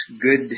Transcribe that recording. good